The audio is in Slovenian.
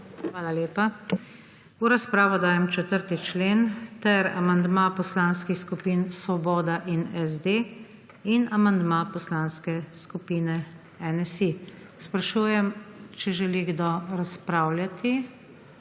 Hvala lepa. V razpravo dajem 4. člen in amandma Poslanskih skupin Svoboda in SD in amandma Poslanske skupine NSi. Sprašujem, če želi kdo razpravljati?